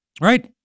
Right